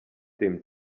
dem